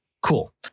Cool